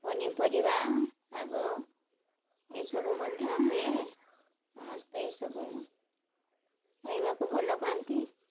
ପନିପରିବା ଶାଗ ଏଇସବୁ ମଧ୍ୟ ହୁଏ ସମସ୍ତେ ଏହିସବୁ ଖାଇବାକୁ ଭଲ ପାଆନ୍ତି